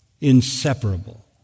inseparable